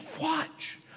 watch